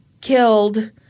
killed